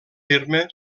terme